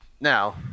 Now